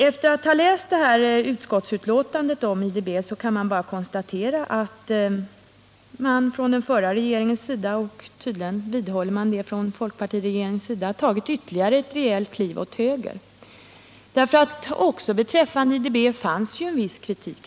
Efter att ha läst utskottsbetänkandet om IDB kan man bara konstatera att den förra regeringen, och tydligen vidhåller folkpartiregeringen detta, tagit ytterligare ett rejält kliv åt höger. Det fanns ju tidigare också beträffande IDB en viss kritik.